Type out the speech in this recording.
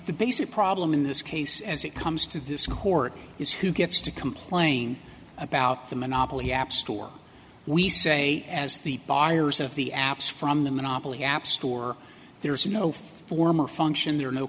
the basic problem in this case as it comes to this court is who gets to complain about the monopoly app store we say as the buyers of the apps from the monopoly app store there is no form or function there